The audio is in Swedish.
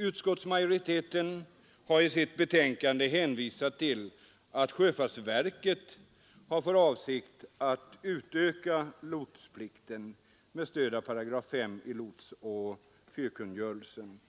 Utskottsmajoriteten har i sitt betänkande hänvisat till att sjöfartsverket har för avsikt att utöka lotsplikten med stöd av 5 § i lotsoch fyrkungörelsen.